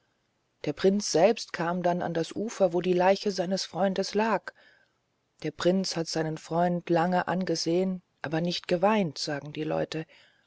der prinz selbst kam dann an das ufer wo die leiche seines freundes lag der prinz hat seinen freund lange angesehen aber nicht geweint sagen die leute